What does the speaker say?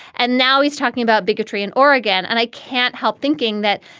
and now he's talking about bigotry in oregon. and i can't help thinking that,